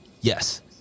Yes